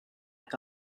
que